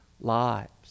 lives